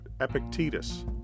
Epictetus